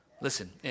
Listen